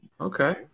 Okay